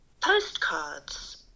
postcards